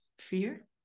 fear